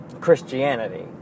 Christianity